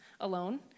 alone